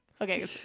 Okay